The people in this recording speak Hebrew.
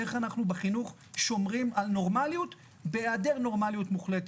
איך אנחנו בחינוך שומרים על נורמלית בהיעדר נורמליות מוחלטת,